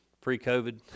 Pre-COVID